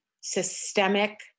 systemic